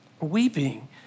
weeping